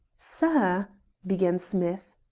sir began smith.